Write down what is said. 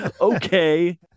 okay